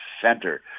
center